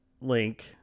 link